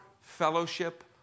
fellowship